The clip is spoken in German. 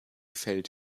feld